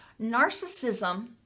narcissism